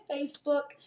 Facebook